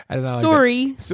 Sorry